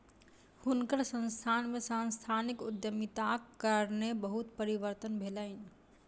हुनकर संस्थान में सांस्थानिक उद्यमिताक कारणेँ बहुत परिवर्तन भेलैन